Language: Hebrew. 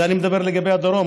אני מדבר לגבי הדרום,